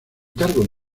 cargos